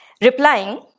replying